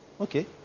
Okay